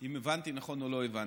אם הבנתי נכון או לא הבנתי.